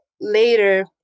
later